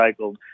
recycled